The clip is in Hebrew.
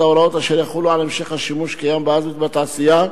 ההוראות אשר יחולו על המשך השימוש הקיים באזבסט בתעשייה,